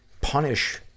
punish